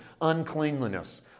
uncleanliness